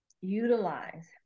utilize